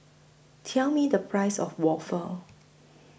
Tell Me The Price of Waffle